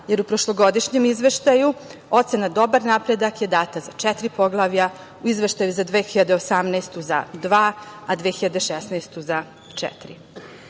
jer u prošlogodišnjem izveštaju ocena dobar napredak je data za četiri poglavlja, u izveštaju za 2018. za dva, a za